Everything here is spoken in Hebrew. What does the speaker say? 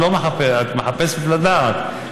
את מחפשת לדעת,